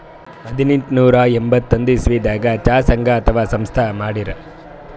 ಹದನೆಂಟನೂರಾ ಎಂಬತ್ತೊಂದ್ ಇಸವಿದಾಗ್ ಚಾ ಸಂಘ ಅಥವಾ ಸಂಸ್ಥಾ ಮಾಡಿರು